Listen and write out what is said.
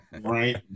right